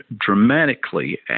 dramatically